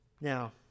Now